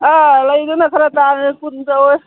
ꯑꯥ ꯂꯩꯗꯅ ꯈꯔ ꯇꯥꯡꯑꯦ ꯀꯨꯟ ꯌꯧꯋꯦ